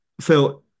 phil